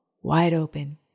wide-open